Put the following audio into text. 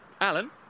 Alan